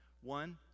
One